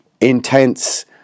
intense